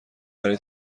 برای